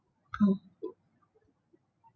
um